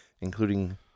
Including